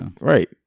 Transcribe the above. right